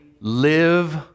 live